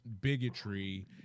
bigotry